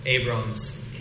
Abram's